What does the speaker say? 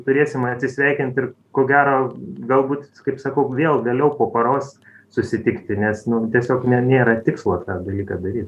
turėsim atsisveikinti ir ko gero galbūt kaip sakau vėl vėliau po paros susitikti nes nu tiesiog ne nėra tikslo tą dalyką daryt